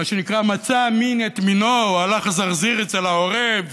מה שנקרא מצא מן את מינו, או הלך זרזיר אצל העורב,